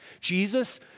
Jesus